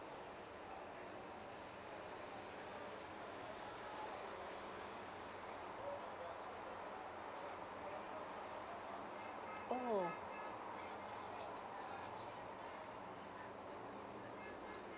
oh